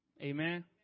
Amen